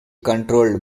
controlled